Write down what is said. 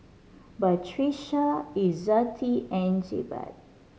Batrisya Izzati and Jebat